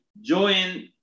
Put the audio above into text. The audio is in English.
join